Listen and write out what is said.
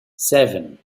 seven